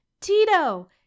Tito